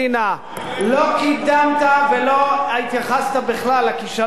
לא קידמת ולא התייחסת בכלל לכישלון הבוטה שלכם,